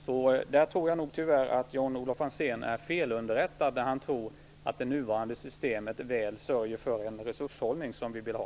Så tyvärr tror jag nog att Jan-Olof Franzén är felunderrättad när han tror att det nuvarande systemet väl sörjer för den resurshållning vi vill ha.